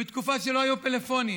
ובתקופה שלא היו פלאפונים